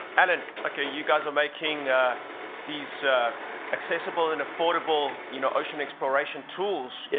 allan, okay, you guys are making these accessible and affordable you know ocean exploration tools, yeah.